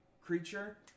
creature